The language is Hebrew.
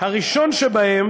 הראשון שבהם